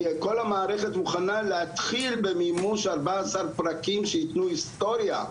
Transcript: כי כל המערכת מוכנה להתחיל במימוש 14 פרקים שייתנו היסטוריה,